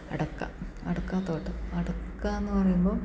അടയ്ക്ക അടയ്ക്കാ തോട്ടം അടയ്ക്കായെന്ന് പറയുമ്പം